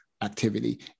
activity